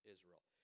Israel